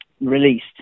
released